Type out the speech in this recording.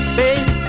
baby